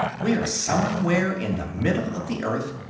we are somewhere in the middle of the earth,